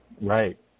Right